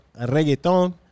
Reggaeton